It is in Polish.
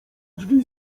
drzwi